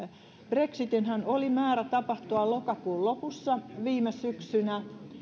brexitinhän oli määrä tapahtua lokakuun lopussa viime syksynä